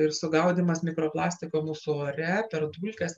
ir sugaudymas mikroplastiko mūsų ore per dulkes